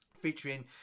featuring